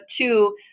two